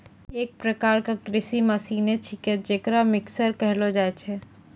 एक प्रकार क कृषि मसीने छिकै जेकरा मिक्सर कहलो जाय छै